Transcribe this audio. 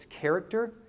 character